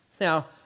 Now